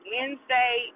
Wednesday